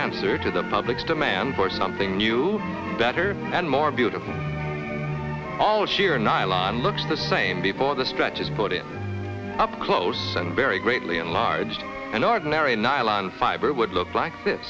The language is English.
answer to the public's demand for something new better and more beautiful all sheer nylon looks the same before the scratches put it up close and very greatly enlarged an ordinary nylon fiber would look like th